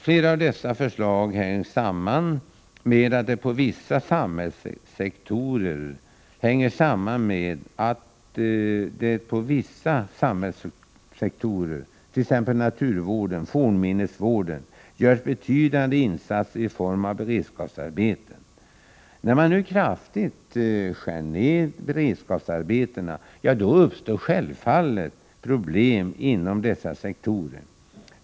Flera av dessa förslag hänger samman med att det på vissa samhällssektorer, t.ex. naturvården och fornminnesvården, görs betydande insatser i form av beredskapsarbeten. När man nu kraftigt skär ned beredskapsarbetena uppstår självfallet problem inom de här sektorerna.